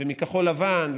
מכחול לבן,